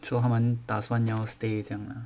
so 他们打算要 stay 这样 lah